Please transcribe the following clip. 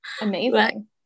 Amazing